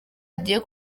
agiye